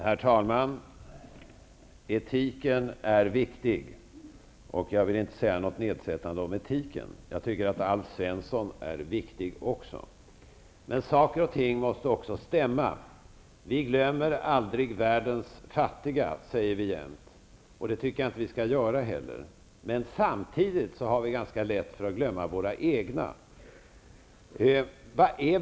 Herr talman! Etiken är viktig. Jag vill inte säga något nedsättande om etiken. Jag tycker att Alf Svensson är viktig också. Men saker och ting måste också stämma. Vi glömmer aldrig världens fattiga, säger vi jämt. Det tycker jag inte att vi skall göra heller. Men samtidigt har vi ganska lätt att glömma våra egna.